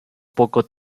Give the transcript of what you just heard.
poco